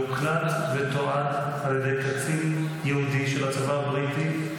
זה הוקלט ותועד על ידי קצין יהודי של הצבא הבריטי,